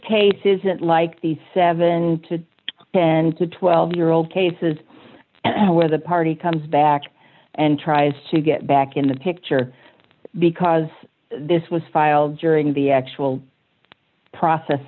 case isn't like the seven to ten to twelve year old cases and where the party comes back and tries to get back in the picture because this was filed during the actual process